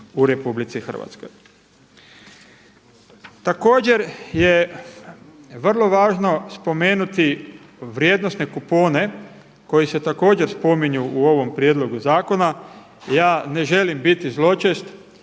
u RH. Također je vrlo važno spomenuti vrijednosne kupone koji se također spominju u ovom prijedlogu zakona. Ja ne želim biti zločest